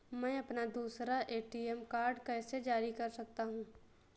मैं अपना दूसरा ए.टी.एम कार्ड कैसे जारी कर सकता हूँ?